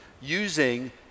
using